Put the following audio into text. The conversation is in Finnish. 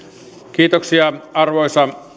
arvoisa